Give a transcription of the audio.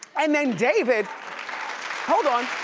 and then david hold on.